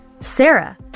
Sarah